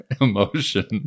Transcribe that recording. emotion